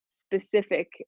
specific